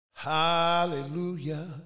Hallelujah